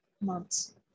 months